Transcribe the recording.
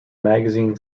magazine